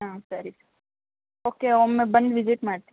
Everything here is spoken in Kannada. ಹಾಂ ಸರಿ ಓಕೆ ಒಮ್ಮೆ ಬಂದು ವಿಸಿಟ್ ಮಾಡ್ತೀನಿ